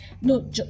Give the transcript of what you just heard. No